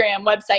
website